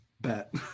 Bet